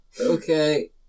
Okay